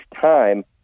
time